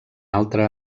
altre